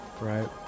right